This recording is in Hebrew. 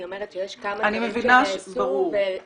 אני אומרת שיש כמה דברים שנעשו ופירטנו